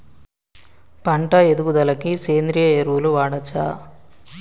పంట ఎదుగుదలకి సేంద్రీయ ఎరువులు వాడచ్చా?